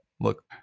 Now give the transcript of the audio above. look